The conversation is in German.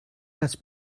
das